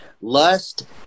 Lust